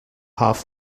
half